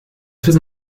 très